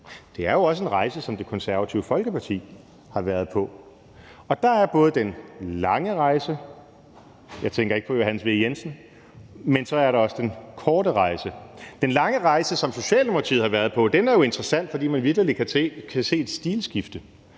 Det er jo også en rejse som Det Konservative Folkeparti har været på. Og der er så både den lange rejse – og jeg tænker ikke på Johannes V. Jensen – og den korte rejse. Den lange rejse, som Socialdemokratiet har været på, er jo interessant, fordi man vitterligt kan se et stilskifte.